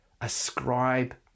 ascribe